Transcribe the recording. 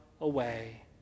away